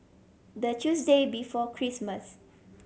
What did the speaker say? the Tuesday before Christmas